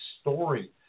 story